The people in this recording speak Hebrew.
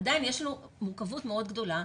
עדיין יש לנו מורכבות מאוד גדולה.